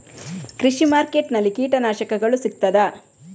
ಕೃಷಿಮಾರ್ಕೆಟ್ ನಲ್ಲಿ ಕೀಟನಾಶಕಗಳು ಸಿಗ್ತದಾ?